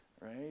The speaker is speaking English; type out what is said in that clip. right